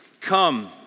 Come